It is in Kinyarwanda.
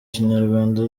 kinyarwanda